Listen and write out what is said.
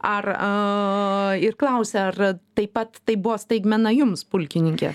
ar aaa ir klausia ar taip pat tai buvo staigmena jums pulkininke